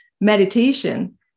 meditation